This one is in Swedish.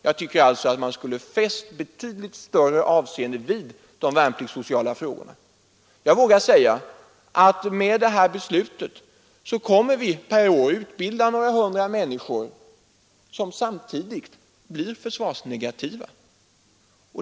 Jag tycker också att man skulle ha fäst betydligt större avseende vid de värnpliktssociala frågorna. Jag vågar påstå att med detta beslut kommer vi att varje år utbilda några hundra människor som samtidigt blir försvarsnegativa.